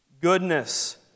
goodness